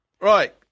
Right